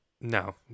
no